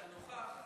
כשאתה נוכח,